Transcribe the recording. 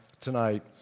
tonight